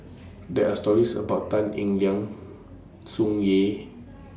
There Are stories about Tan Eng Liang Tsung Yeh